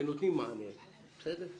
שנותנות מענה לרישום,